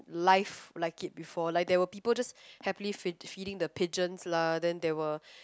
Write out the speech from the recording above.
life like it before like there were people just happily feed~ feeding the pigeons lah then there were